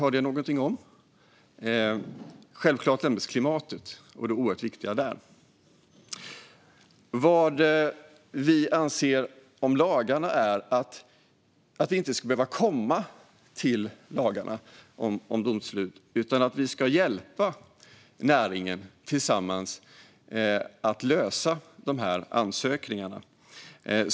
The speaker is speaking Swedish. Men givetvis nämndes klimatet, som är så viktigt. Vi anser att det inte ska behöva gå så långt som till domstol utan att vi ska hjälpa näringen att lösa det här med ansökningarna.